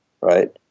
right